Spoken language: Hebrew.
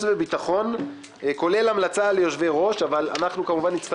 וביטחון והמלצה על יושבי-ראש הוועדות אנחנו עוברים